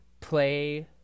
play